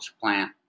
plant